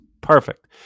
Perfect